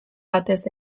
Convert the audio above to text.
batez